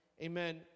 amen